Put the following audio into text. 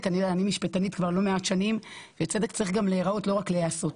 אני משפטנית כבר לא מעט שקלים וצדק צריך להיראות ולא רק להיעשות.